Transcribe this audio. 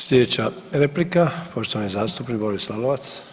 Slijedeća replika poštovani zastupnik Boris Lalovac.